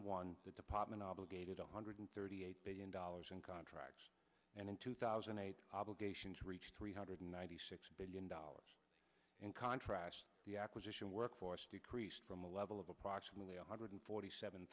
and one the department obligated a hundred thirty eight billion dollars in contracts and in two thousand and eight obligations reached three hundred ninety six billion dollars in contrast the acquisition workforce decreased from a level of approximately one hundred forty seven